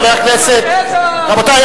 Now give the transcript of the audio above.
רבותי,